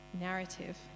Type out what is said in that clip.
narrative